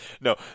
No